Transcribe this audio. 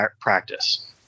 practice